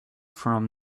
from